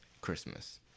Christmas